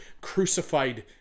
crucified